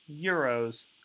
euros